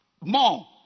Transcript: more